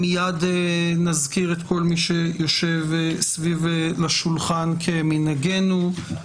מיד נזכיר את כל מי שיושב סביב לשולחן, כמנהגנו.